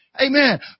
Amen